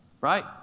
right